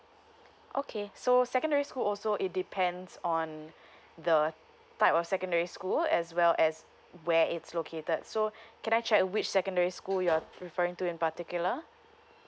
okay so secondary school also it depends on the type of secondary school as well as where it's located so can I check which secondary school you're referring to in particular